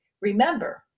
Remember